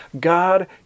God